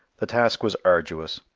the task was arduous.